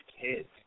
kids